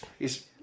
hes